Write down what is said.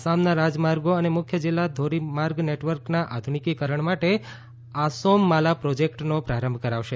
આસામના રાજમાર્ગો અને મુખ્ય જીલ્લા ધોરીમાર્ગ નેટવર્કના આધુનિકીકરણ માટે આસોમ માલા પ્રોજેકટનો પ્રારંભ કરાવશે